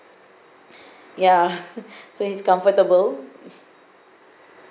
ya so it's comfortable